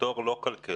בתור לא כלכלן,